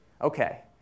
Okay